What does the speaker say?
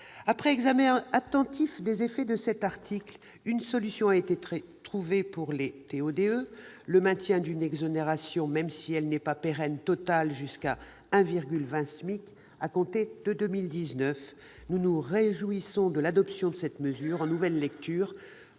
Après examen attentif des effets de cet article, une solution a été trouvée pour le dispositif TO-DE, avec le maintien d'une exonération totale, même si elle n'est pas pérenne, jusqu'à 1,20 SMIC, à compter de 2019. Nous nous réjouissons de l'adoption de cette mesure, en nouvelle lecture,